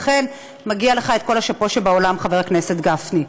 לכן מגיע לך כל השאפו שבעולם, חבר הכנסת גפני.